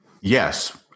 Yes